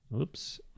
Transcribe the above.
Oops